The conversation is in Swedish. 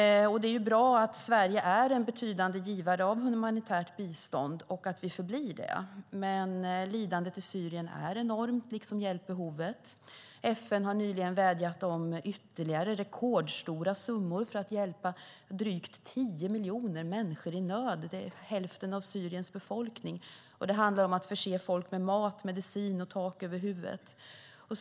Det är bra att Sverige är och förblir en betydande givare av humanitärt bistånd. Men lidandet i Syrien är enormt, liksom hjälpbehovet. FN har nyligen vädjat om ytterligare rekordstora summor för att hjälpa drygt tio miljoner människor i nöd. Det är hälften av Syriens befolkning. Det handlar om att förse folk med mat, medicin och tak över huvudet.